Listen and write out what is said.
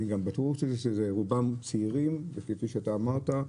גם בטוח שרובם צעירים כפי שאתה אמרת,